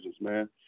man